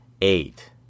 eight